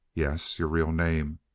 yes. your real name.